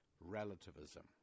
relativism